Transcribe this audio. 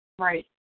Right